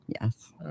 Yes